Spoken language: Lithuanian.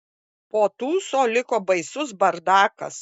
po tūso liko baisus bardakas